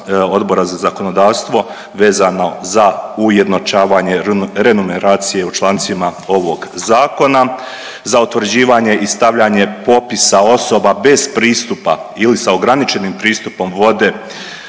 Odbora za zakonodavstvo vezano za ujednačavanje renumeracije u člancima ovog Zakona. Za utvrđivanje i stavljanje popisa osoba bez pristupa ili sa ograničenim pristupom vode,